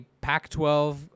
Pac-12